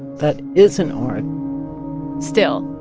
that is an art still,